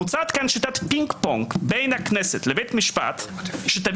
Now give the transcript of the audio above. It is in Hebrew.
מוצעת כאן שיטת פינג-פונג בין הכנסת לבית משפט שתביא